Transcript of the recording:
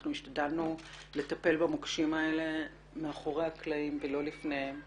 אנחנו השתדלנו לטפל במוקשים האלה מאחורי הקלעים ולא לפניהם,